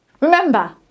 Remember